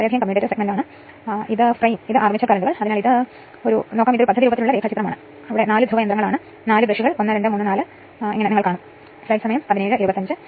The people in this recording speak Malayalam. ഉയർന്ന ഉയർന്ന വോൾട്ടേജ് വിൻഡിംഗിൽ പൂർണ്ണ ലോഡ് കറൻറ് ഈ 3 KVA ട്രാൻസ്ഫോർമർ അതിനാൽ ഞാൻ 1 3 x 1000 mm 230 13